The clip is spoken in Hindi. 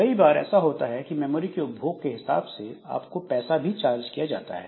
कई बार ऐसा होता है की मेमोरी के उपभोग के हिसाब से आपको पैसा भी चार्ज किया जाता है